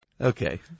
Okay